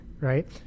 right